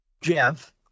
Jeff